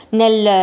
nel